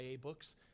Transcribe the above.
books